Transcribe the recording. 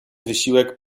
wysiłek